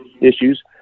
issues